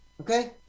Okay